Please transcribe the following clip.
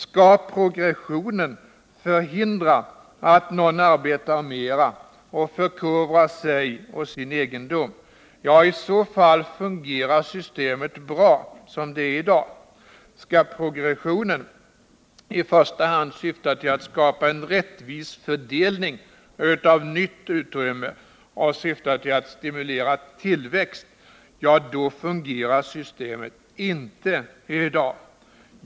Skall progressionen förhindra att någon arbetar mer och förkovrar sig och sin egendom, ja, i så fall fungerar systemet bra som det är i dag. Skall progressionen i första hand syfta till att skapa en rättvis fördelning av nytt utrymme och till att stimulera tillväxt, ja, då fungerar systemet inte i dag.